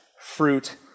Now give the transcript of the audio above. fruit